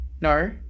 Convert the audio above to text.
No